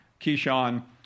Keyshawn